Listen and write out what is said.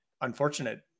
unfortunate